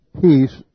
peace